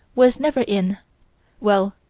was never in well,